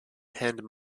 penned